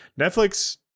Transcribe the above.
Netflix